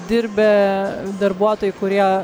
dirbę darbuotojai kurie